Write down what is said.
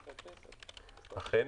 אכן,